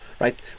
right